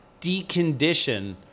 decondition